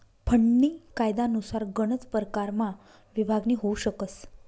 फंडनी कायनुसार गनच परकारमा विभागणी होउ शकस